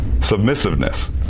submissiveness